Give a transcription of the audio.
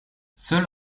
seul